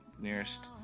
nearest